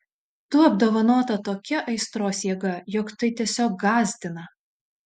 tu apdovanota tokia aistros jėga jog tai tiesiog gąsdina